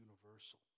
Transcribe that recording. universal